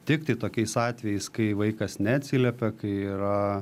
tiktai tokiais atvejais kai vaikas neatsiliepia kai yra